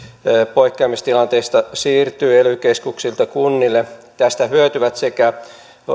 poikkeamistilanteista siirtyy ely keskuksilta kunnille tästä hyötyvät sekä